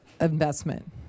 investment